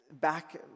Back